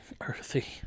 Earthy